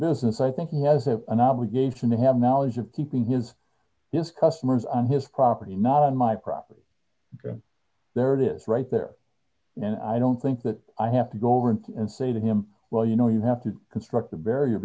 business i think he has an obligation to have knowledge of keeping his if customers on his property not on my property there it is right there and i don't think that i have to go in and say to him well you know you have to construct a barrier